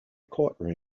courtroom